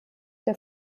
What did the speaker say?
der